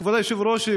כבוד היושב-ראש,